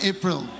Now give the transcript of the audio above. April